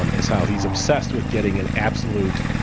um is how he's obsessed with getting an absolute,